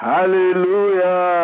Hallelujah